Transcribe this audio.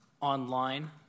online